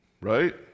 right